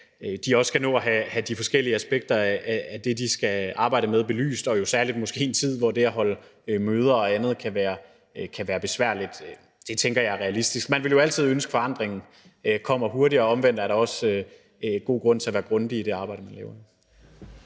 skal nå at have de forskellige aspekter af det, de skal arbejde med, belyst, og jo måske særlig i en tid, hvor det at holde møder og andet kan være besværligt. Det tænker jeg er realistisk. Man vil jo altid ønske, at forandringen kommer hurtigere, men omvendt er der også god grund til at være grundig i det arbejde, man laver.